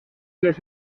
los